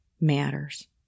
matters